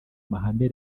mahame